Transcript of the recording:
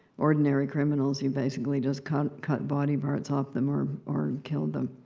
ordinary criminals you basically just cut cut body parts off them, or or killed them.